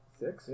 six